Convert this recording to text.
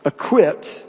Equipped